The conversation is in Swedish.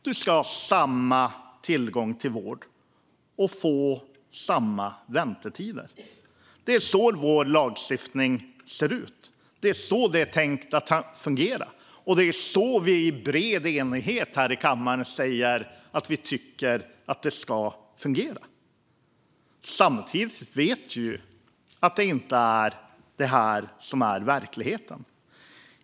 Du ska ha samma tillgång till vård och få samma väntetider. Det är så vår lagstiftning ser ut. Det är så det är tänkt att fungera, och det är så vi i bred enighet här i kammaren säger att vi tycker att det ska fungera. Samtidigt vet vi att det inte är så i verkligheten.